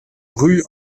rue